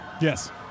Yes